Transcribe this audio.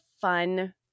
fun